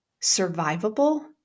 survivable